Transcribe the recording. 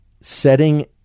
setting